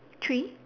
three